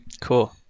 Cool